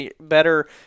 better